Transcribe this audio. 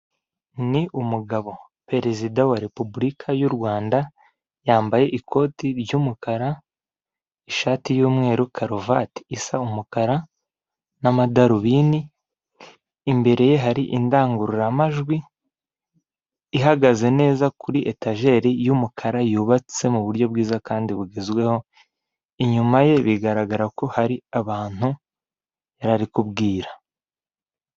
Ni umugabo perezida wa repubulika y'u Rwanda yambaye ikoti ry'umukara, ishati y'umweru, karuvati isa umukara n'amadarubindi, imbere ye hari indangururamajwi ihagaze neza kuri etageri y'umukara yubatse mu buryo bwiza kandi bugezweho, inyuma ye bigaragara ko hari abantu yari ari kubwira.